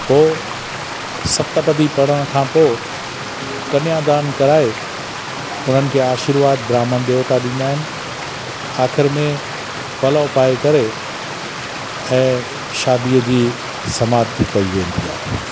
पोइ सत पदी पढ़ण खां पोइ कन्यादान कराए उन्हनि खे आशीर्वाद ब्राह्मण देवता ॾींदा आहिनि आख़िर में पलो पाए करे ऐं शादीअ जी समाप्ती कई वेंदी आहे